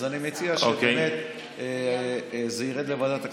אז אני מציע שזה ירד לוועדת הכספים.